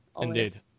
Indeed